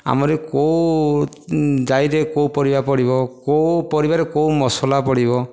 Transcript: ଆମର କେଉଁ ଯାଇରେ କେଉଁ ପରିବା ପଡ଼ିବ କେଉଁ ପରିବାରେ କେଉଁ ମସଲା ପଡ଼ିବ